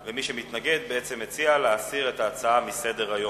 ומי שמתנגד בעצם מציע להסיר את ההצעה מסדר-היום.